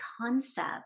concept